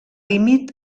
límit